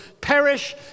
perish